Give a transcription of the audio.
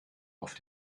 auf